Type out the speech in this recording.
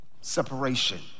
separation